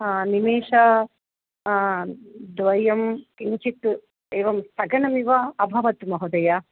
निमेष द्वयं किञ्चित् एवं स्थगनमिव अभवत् महोदय